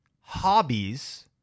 hobbies